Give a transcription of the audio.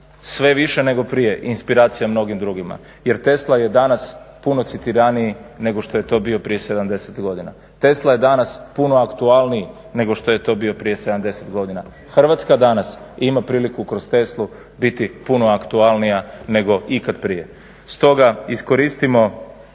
sve više nego prije inspiracija mnogim drugima jer Tesla je danas puno citiraniji nego što je to bio prije 70 godina. Tesla je danas puno aktualniji nego što je to bio prije 70 godina, Hrvatska danas ima priliku kroz Teslu biti puno aktualnija nego nikad prije. Stoga iskoristimo